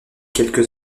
quelques